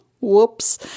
whoops